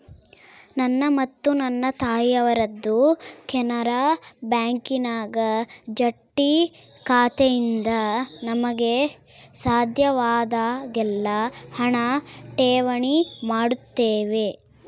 ನನ್ನ ಮತ್ತು ನನ್ನ ತಾಯಿಯವರದ್ದು ಕೆನರಾ ಬ್ಯಾಂಕಿನಾಗ ಜಂಟಿ ಖಾತೆಯಿದ್ದು ನಮಗೆ ಸಾಧ್ಯವಾದಾಗೆಲ್ಲ ಹಣ ಠೇವಣಿ ಮಾಡುತ್ತೇವೆ